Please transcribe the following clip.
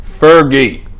Fergie